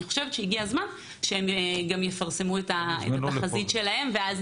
הגיע הזמן שהם יפרסמו את התחזית שלהם ואז